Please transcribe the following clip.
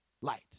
light